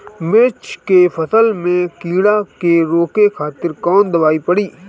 मिर्च के फसल में कीड़ा के रोके खातिर कौन दवाई पड़ी?